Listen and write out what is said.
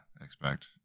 expect